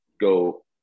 go